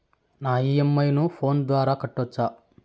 నా ఇ.ఎం.ఐ ను ఫోను ద్వారా కట్టొచ్చా?